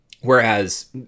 whereas